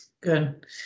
Good